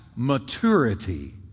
maturity